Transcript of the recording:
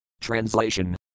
Translation